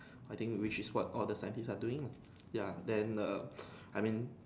I think which is what all the scientist are doing lah ya then err I mean